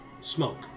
smoke